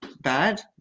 bad